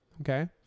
Okay